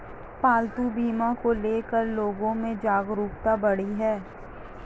पालतू बीमा को ले कर लोगो में जागरूकता बढ़ी है